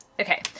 Okay